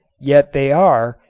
yet they are,